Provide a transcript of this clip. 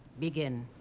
begin.